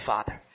Father